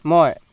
মই